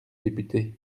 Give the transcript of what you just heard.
député